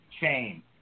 chain